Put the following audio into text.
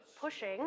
pushing